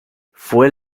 fue